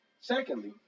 secondly